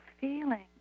feeling